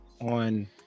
on